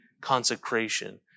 consecration